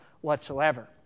whatsoever